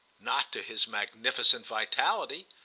not to his magnificent vitality.